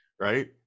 right